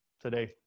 Today